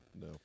no